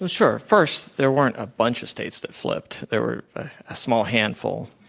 ah sure. first, there weren't a bunch of states that flipped. there were a small handful.